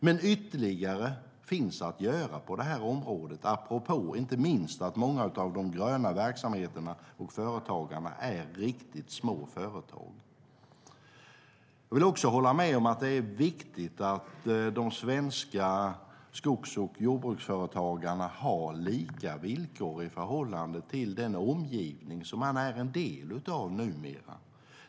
Men ytterligare finns att göra på det här området, inte minst för att många av de gröna verksamheterna och företagen är riktigt små. Jag håller med om att det är viktigt att de svenska skogs och jordbruksföretagarna har lika villkor i förhållande till den omgivning som de numera är en del av.